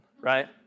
right